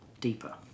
deeper